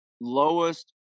lowest